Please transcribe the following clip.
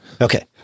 Okay